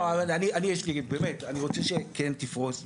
אני יש לי, באמת אני רוצה שכן תפרוש,